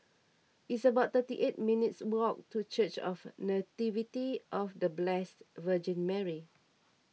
it's about thirty eight minutes' walk to Church of the Nativity of the Blessed Virgin Mary